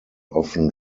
often